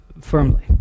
firmly